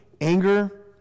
anger